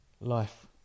life